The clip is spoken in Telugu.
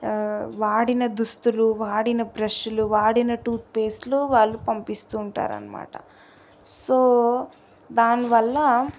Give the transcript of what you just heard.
వాడిన దుస్తులు వాడిన బ్రష్లు వాడిన టూత్ప్లేస్ట్లు వాళ్ళు పంపిస్తుంటారు అనమాట సో దానివల్ల